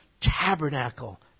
tabernacle